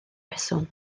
reswm